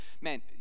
Man